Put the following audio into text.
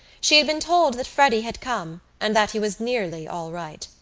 she had been told that freddy had come and that he was nearly all right.